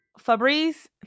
Fabrice